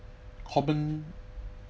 common